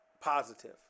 positive